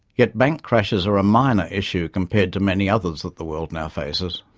yet bank crashes are a minor issue compared to many others that the world now faces.